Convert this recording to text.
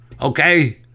Okay